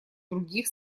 других